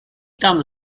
tam